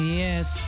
yes